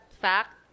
fact